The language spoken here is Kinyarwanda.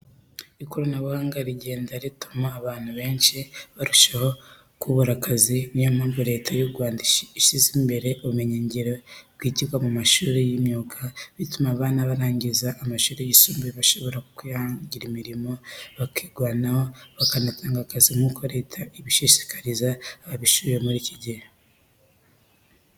Ikoranabuhanga rigenda rituma abantu benshi barushaho kubura akazi, ni yo mpamvu Leta y' u Rwanda ishyize mbere ubumenyingiro bwigirwa mu mashuri y'imyuga, bituma abana barangiza amashuri yisumbuye bashobora kwihangira imirimo, bakirwanaho, bakanatanga akazi nk'uko leta ibishishikariza ababishoboye muri iki gihe.